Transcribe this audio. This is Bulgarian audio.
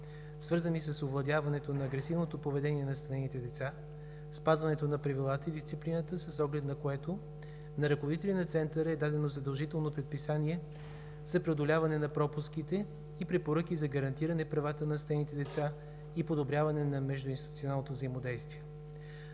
свързани с овладяването на агресивното поведение на настанените деца, спазването на правилата и дисциплината, с оглед на което на ръководители на Центъра е дадено задължително предписание за преодоляване на пропуските и препоръки за гарантиране правата на настанените деца и подобряване на междуинституционалното взаимодействие.